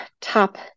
top